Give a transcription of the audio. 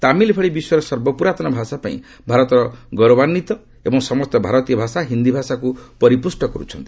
ତାମିଲ୍ ଭଳି ବିଶ୍ୱର ସର୍ବପୁରାତନ ଭାଷା ପାଇଁ ଭାରତ ଗୌରବାନ୍ୱିତ ଏବଂ ସମସ୍ତ ଭାରତୀୟ ଭାଷା ହିନ୍ଦୀ ଭାଷାକୁ ପରିପୁଷ୍ଠ କରୁଛନ୍ତି